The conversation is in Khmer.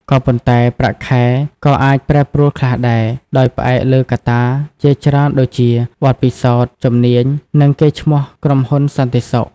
ក៏ប៉ុន្តែ ប្រាក់ខែក៏អាចប្រែប្រួលខ្លះដែរ ដោយផ្អែកលើកត្តាជាច្រើនដូចជា បទពិសោធន៍ ជំនាញ និងកេរ្តិ៍ឈ្មោះក្រុមហ៊ុនសន្តិសុខ។